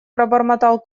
пробормотал